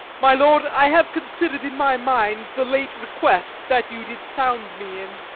my lord, i have consider'd in my mind the late request that you did sound me in.